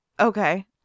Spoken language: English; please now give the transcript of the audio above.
Okay